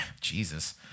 Jesus